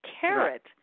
carrot